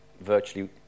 virtually